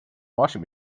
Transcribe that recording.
washing